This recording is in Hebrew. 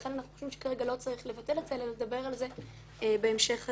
לכן אנחנו חושבים שכרגע לא צריך לבטל את זה אלא לדבר על זה בהמשך הדרך.